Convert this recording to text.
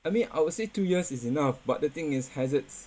I mean I would say two years is enough but the thing is hazard's